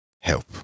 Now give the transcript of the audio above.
help